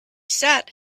sat